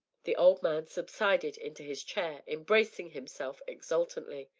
the old man subsided into his chair embracing himself exultantly.